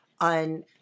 on